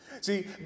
See